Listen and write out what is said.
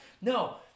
No